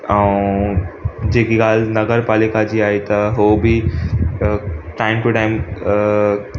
ऐं जेकी ॻाल्हि नगर पालिका जी आहीं त उहो बि त टाइम टू टाइम